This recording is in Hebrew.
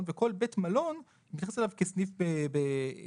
וכל בית מלון נתייחס אליו כסניף נפרד.